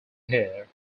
here